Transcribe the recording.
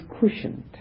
cushioned